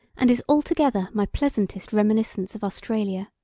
and is altogether my pleasantest reminiscence of australia.